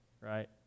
right